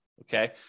Okay